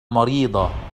مريضة